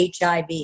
hiv